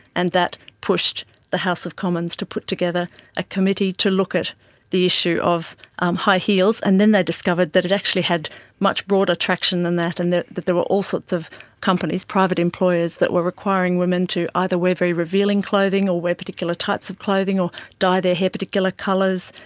and that pushed the house of commons to put together a committee to look at the issue of um high heels. and then they discovered that it actually had much broader traction than that and that that there were all sorts of companies, private employers, that were requiring women to either wear very revealing clothing or wear particular types of clothing or dye their hair particular colours,